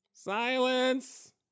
Silence